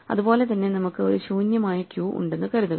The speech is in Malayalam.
അതുപോലെ തന്നെ നമുക്ക് ഒരു ശൂന്യമായ ക്യൂ ഉണ്ടെന്നു കരുതുക